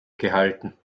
gehalten